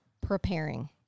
preparing